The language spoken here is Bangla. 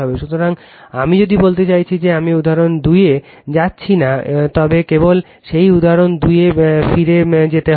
সুতরাং যদি আমি বলতে চাইছি যে আমি উদাহরণ 2 এ যাচ্ছি না তবে কেবল সেই উদাহরণ 2 এ ফিরে যেতে হবে